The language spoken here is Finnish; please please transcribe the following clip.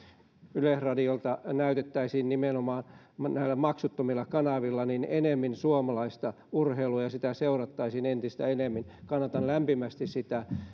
yleisradiolta näytettäisiin nimenomaan näillä maksuttomilla kanavilla enemmän suomalaista urheilua ja sitä seurattaisiin entistä enemmän kannatan lämpimästi sitä